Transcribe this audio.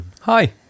Hi